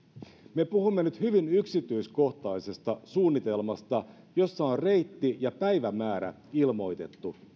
me puhumme nyt hyvin yksityiskohtaisesta suunnitelmasta jossa on reitti ja päivämäärä ilmoitettu